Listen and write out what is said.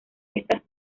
estas